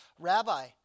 Rabbi